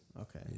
Okay